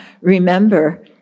remember